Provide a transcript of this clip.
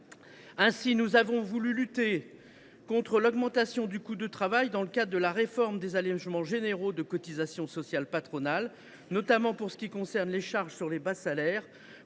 Ainsi, nous avons voulu lutter contre l’augmentation du coût de travail dans le cadre de la réforme des allégements généraux de cotisations sociales patronales, notamment pour ce qui concerne les charges sur les bas salaires,